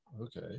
Okay